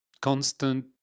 constant